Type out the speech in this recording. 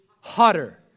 hotter